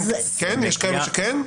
יש כאלו שכן?